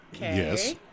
Yes